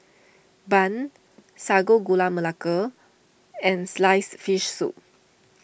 Bun Sago Gula Melaka and Sliced Fish Soup